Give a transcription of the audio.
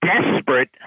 desperate